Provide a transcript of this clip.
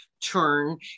turn